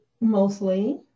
mostly